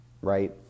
right